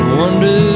wonder